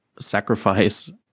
sacrifice